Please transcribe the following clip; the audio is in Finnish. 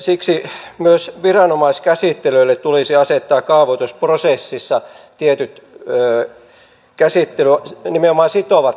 siksi myös viranomaiskäsittelyille tulisi asettaa kaavoitusprosessissa tietyt nimenomaan sitovat käsittelyajat